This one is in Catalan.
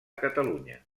catalunya